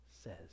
says